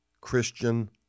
Christian